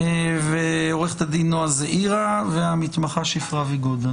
עורכת הדין נועה זעירא והמתמחה שפרה ויגודה.